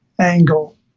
angle